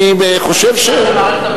אני חושב, של מערכת הביטחון.